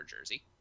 jersey